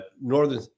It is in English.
northern